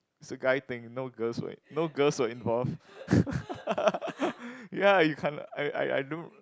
it's a guy thing no girls were no girls were involved ya you can't I I I don't